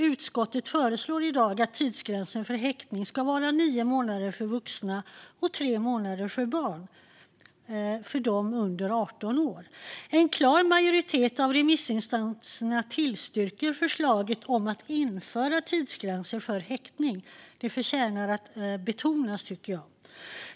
Utskottet föreslår i dag att tidsgränsen för häktning ska vara nio månader för vuxna och tre månader för barn, för de under 18 år. En klar majoritet av remissinstanserna tillstyrker förslaget om att införa tidsgränser för häktning. Det tycker jag förtjänar att betonas.